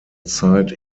zeit